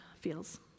feels